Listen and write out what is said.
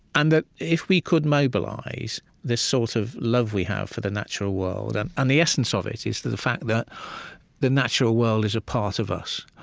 and that if we could mobilize this sort of love we have for the natural world and and the essence of it is the the fact that the natural world is a part of us,